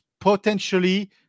potentially